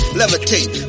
levitate